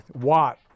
Watt